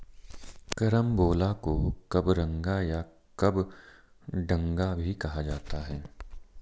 carambola को कबरंगा या कबडंगा भी कहा जाता है